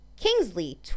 kingsley